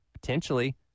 potentially